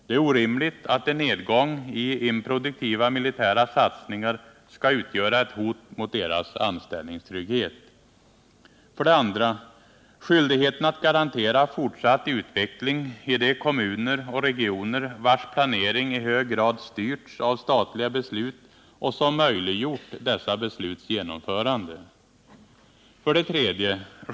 Det är orimligt att en nedgång i improduktiva militära satsningar skall utgöra ett hot mot deras anställningstrygghet. 2. Skyldigheten att garantera fortsatt utveckling i de kommuner och regioner, vilkas planering i hög grad styrts av statliga beslut och som möjliggjort dessa besluts genomförande. 3.